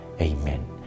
Amen